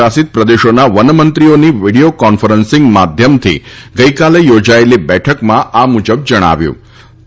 શાસિત પ્રદેશોના વનમંત્રીઓની વીડિયો કોન્ફરન્સિંગ માધ્યમથી ગઈકાલે યોજાયેલી બેઠકમાં આ મુજબ જણાવ્યું હતું